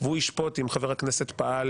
ותשמע,